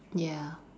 ya